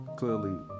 Clearly